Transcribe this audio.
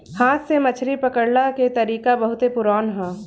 हाथ से मछरी पकड़ला के तरीका बहुते पुरान ह